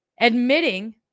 admitting